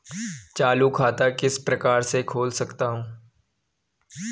चालू खाता किस प्रकार से खोल सकता हूँ?